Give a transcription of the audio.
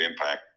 impact